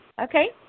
Okay